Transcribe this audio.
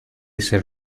ser